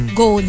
go